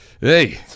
Hey